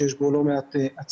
שיש בו לא מעט עצמאיים.